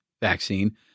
vaccine